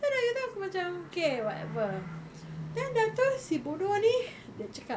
then dah gitu aku macam K whatever then dah tu si bodoh ni dia cakap